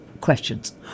Questions